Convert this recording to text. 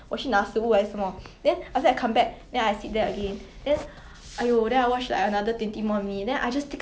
oh actually no sia like halfway through but the thing is like 我不会 pause I'll let it run then when I come back there are certain parts where I